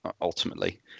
ultimately